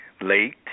Late